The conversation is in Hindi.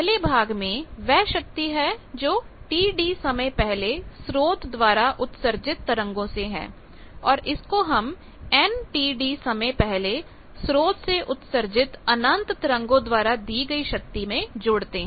पहले भाग में वह शक्ति है जो Td समय पहले स्रोत द्वारा उत्सर्जित तरंगों से है और इसको हम nTd समय पहले स्रोत से उत्सर्जित अनंत तरंगों द्वारा दी गई शक्ति में जोड़ते हैं